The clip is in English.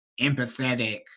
empathetic